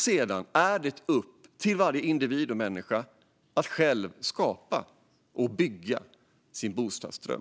Sedan är det upp till varje individ och människa att själv skapa och bygga sin bostadsdröm.